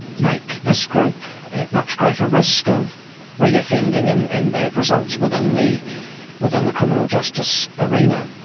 make this group at much greater risk of reoffending and and bad results within the within the criminal justice arena.